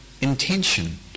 intention